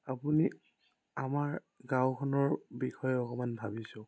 আপুনি আমাৰ গাঁওখনৰ বিষয়ে অকণমান ভাবি চাওক